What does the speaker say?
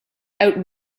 out